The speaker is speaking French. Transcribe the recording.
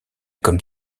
comme